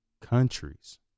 countries